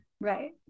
right